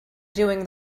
doing